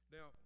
Now